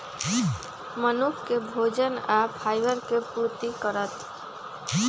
मनुख के भोजन आ फाइबर के पूर्ति करत